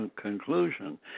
conclusion